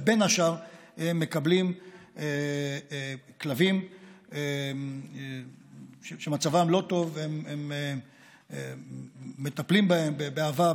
ובין השאר הם מקבלים כלבים שמצבם לא טוב והם מטפלים בהם באהבה,